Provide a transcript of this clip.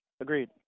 Agreed